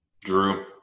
Drew